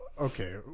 okay